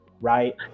right